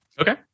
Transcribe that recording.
Okay